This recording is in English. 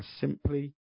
simply